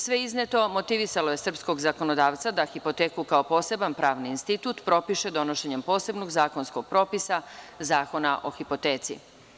Sve izneo motivisalo je srpskog zakonodavca da hipoteku kao poseban pravni institut propiše donošenjem posebnog zakonskog propisa Zakona o hipoteci.